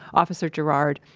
officer girard,